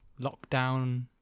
lockdown